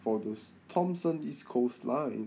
for the thomson east coast line